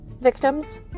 Victims